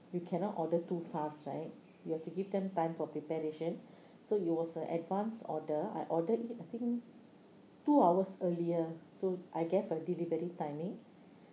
you cannot order too fast right you have to give them time for preparation so it was an advanced order I ordered I think two hours earlier so I gave a delivery timing